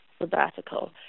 sabbatical